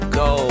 go